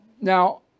Now